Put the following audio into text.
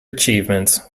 achievements